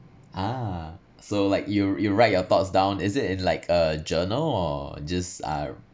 ah so like you you write your thoughts down is it in like a journal or just ah